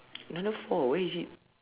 another four where is it